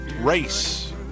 race